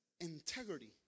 integrity